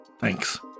Thanks